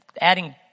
adding